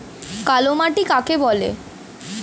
কালোমাটি কাকে বলে?